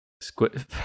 Squid